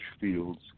fields